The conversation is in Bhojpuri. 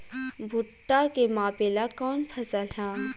भूट्टा के मापे ला कवन फसल ह?